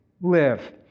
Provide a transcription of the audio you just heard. live